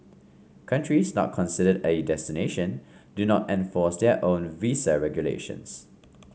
countries not considered a destination do not enforce their own visa regulations